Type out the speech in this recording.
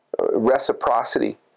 reciprocity